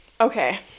Okay